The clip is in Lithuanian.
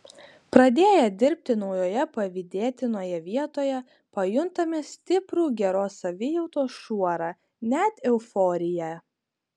pradėję dirbti naujoje pavydėtinoje vietoje pajuntame stiprų geros savijautos šuorą net euforiją